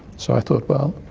so i thought, well,